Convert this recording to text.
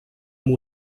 amb